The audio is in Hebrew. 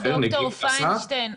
ד"ר פיינשטיין,